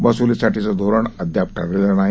वसुलीसाठीचंधोरणअद्यापठरलेलंनाही